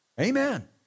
Amen